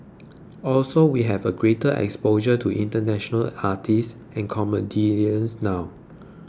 also we have a greater exposure to international artists and comedians now